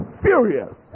furious